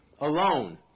alone